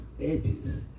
edges